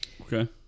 Okay